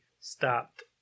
stopped